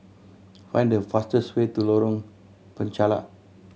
find the fastest way to Lorong Penchalak